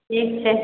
ठीक छै